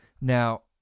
Now